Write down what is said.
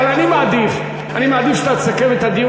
אבל אני מעדיף שאתה תסכם את הדיון,